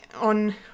on